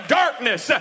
darkness